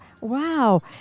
Wow